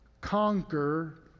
Conquer